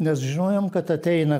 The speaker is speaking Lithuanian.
nes žinojom kad ateina